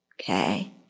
Okay